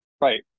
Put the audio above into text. Right